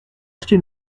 acheter